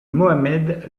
mohamed